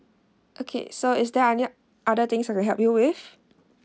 okay so is there any other things I can help you with